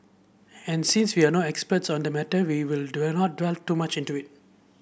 and since we are no experts on the matter we will do not delve too much into it